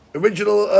original